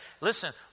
listen